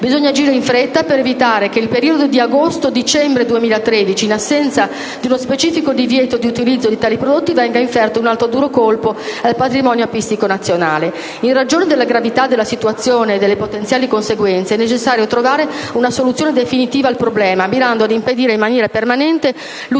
Bisogna agire in fretta per evitare che nel periodo di agosto-dicembre 2013, in assenza di uno specifico divieto di utilizzo di tali prodotti, venga inferto un altro duro colpo al patrimonio apistico nazionale. In ragione della gravità della situazione e delle potenziali conseguenze, è necessario trovare una soluzione definitiva al problema, mirando ad impedire in maniera permanente l'utilizzo